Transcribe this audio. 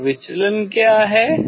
और विचलन क्या है